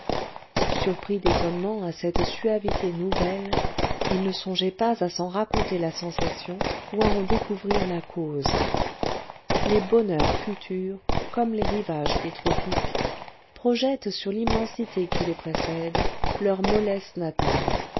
surpris d'étonnement à cette suavité nouvelle ils ne songeaient pas à s'en raconter la sensation ou à en découvrir la cause les bonheurs futurs comme les rivages des tropiques projettent sur l'immensité qui les précède leurs mollesses natales